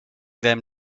them